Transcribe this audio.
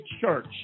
church